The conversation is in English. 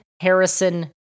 Harrison